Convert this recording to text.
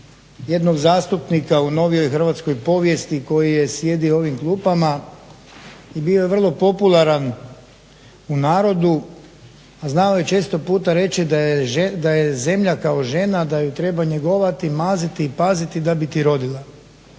jednog zastupnika u novijoj hrvatskoj povijesti koji je sjedio u ovim klupama i bio je vrlo popularan u narodu. A znao je često puta reći da je zemlja kao žena, da ju treba njegovati, maziti i paziti da bi ti rodila.